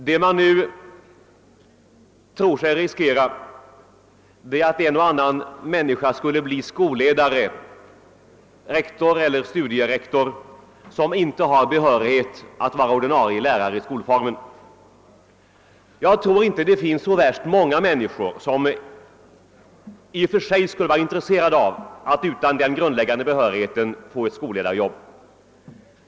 Det man nu tror sig riskera är att en och annan människa skulle bli skolledare — rektor eller studierektor — utan att ha behörighet som ordinarie lärare i skolformen. Jag tror inte det finns så värst många människor som i och för sig skulle vara intresserade av att utan den grundläggande behörigheten ta ett skoiledarjobb.